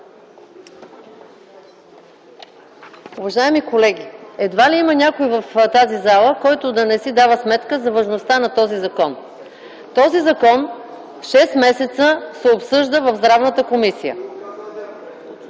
Уважаеми колеги, едва ли има някой в тази зала, който да не си дава сметка за важността на този закон. Този закон шест месеца се обсъжда в Здравната комисия.